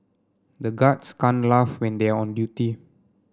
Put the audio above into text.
the guards can't laugh when they are on duty